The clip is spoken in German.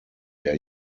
der